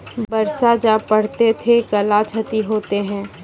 बरसा जा पढ़ते थे कला क्षति हेतै है?